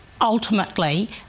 ultimately